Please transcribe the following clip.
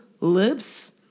lips